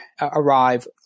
arrive